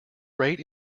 rate